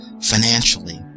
financially